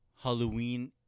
Halloween